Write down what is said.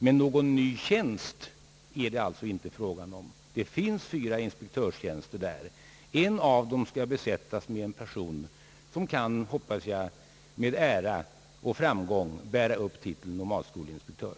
Men någon ny tjänst är det alltså inte fråga om. Det finns fyra inspektörstjänster där. En av dem skall besättas med en person som — hoppas jag — med ära och framgång kan bära upp titeln som nomadskolinspektör.